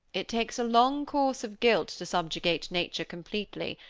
it takes a long course of guilt to subjugate nature completely,